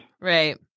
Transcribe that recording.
Right